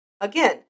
Again